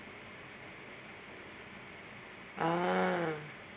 ah